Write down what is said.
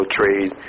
Trade